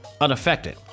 unaffected